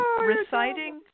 reciting